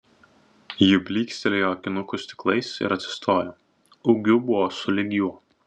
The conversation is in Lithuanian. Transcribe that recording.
ji blykstelėjo akinukų stiklais ir atsistojo ūgiu buvo sulig juo